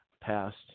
passed